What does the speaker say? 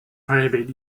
prohibit